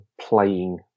playing